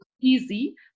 easy